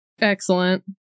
Excellent